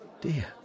Dear